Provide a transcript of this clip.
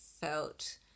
felt